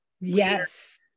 yes